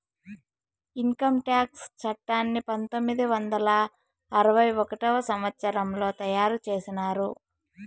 income tax చట్టాన్ని పంతొమ్మిది వందల అరవై ఒకటవ సంవచ్చరంలో తయారు చేసినారు